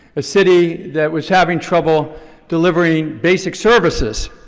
a city that was having trouble delivering basic services.